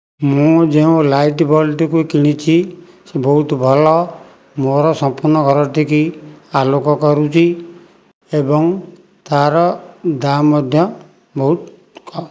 ମୁଁ ଯେଉଁ ଲାଇଟ୍ ବଲଟିକୁ କିଣିଛି ସେ ବହୁତ ଭଲ ମୋର ସମ୍ପୂର୍ଣ୍ଣ ଘରଟି କି ଆଲୋକ କରୁଛି ଏବଂ ତା ର ଦାମ ମଧ୍ୟ ବହୁତ କମ୍